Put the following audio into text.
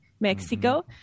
Mexico